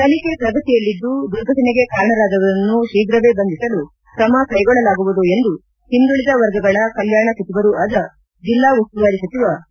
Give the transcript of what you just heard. ತನಿಖೆ ಪ್ರಗತಿಯಲ್ಲಿದ್ದು ದುರ್ಘಟನೆಗೆ ಕಾರಣರಾದವರನ್ನು ಶೀಘವೇ ಬಂಧಿಸಲು ಕ್ರಮ ಕೈಗೊಳ್ಳಲಾಗುವುದು ಎಂದು ಹಿಂದುಳದ ವರ್ಗಗಳ ಕಲ್ಯಾಣ ಸಚಿವರೂ ಆದ ಜಿಲ್ಲಾ ಉಸ್ತುವಾರಿ ಸಚಿವ ಸಿ